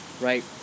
right